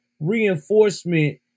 reinforcement